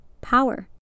power